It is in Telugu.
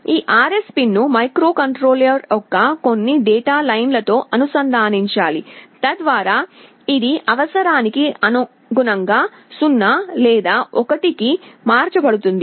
ఈ RS పిన్ ను మైక్రోకంట్రోలర్ యొక్క కొన్ని డేటా లైన్తో అనుసంధానించాలి తద్వారా ఇది అవసరానికి అనుగుణంగా 0 లేదా 1 కి మార్చబడుతుంది